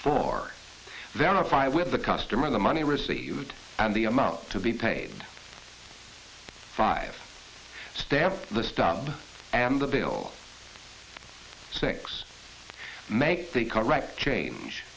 for verify with the customer the money received and the amount to be paid five stamped the stub and the bill six make the correct change